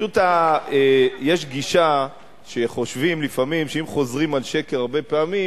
פשוט יש גישה שחושבים לפעמים שאם חוזרים על שקר הרבה פעמים,